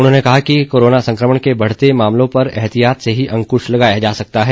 उन्होंने कहा कि कोरोना संक्रमण के बढते मामलों पर एहतियात से ही अंकश लगाया जा सकता है